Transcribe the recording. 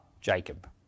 Jacob